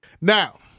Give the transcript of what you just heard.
Now